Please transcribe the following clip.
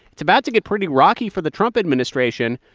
it's about to get pretty rocky for the trump administration.